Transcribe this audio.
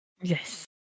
Yes